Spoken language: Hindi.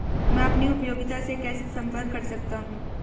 मैं अपनी उपयोगिता से कैसे संपर्क कर सकता हूँ?